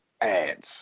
ads